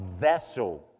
vessel